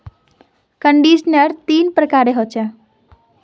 conditioner तीन प्रकारेर ह छेक